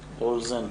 רולזן.